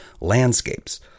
landscapes